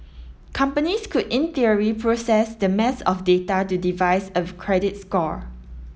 companies could in theory process that mass of data to devise a credit score